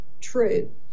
true